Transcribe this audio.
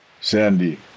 Sandy